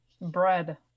Bread